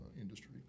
industry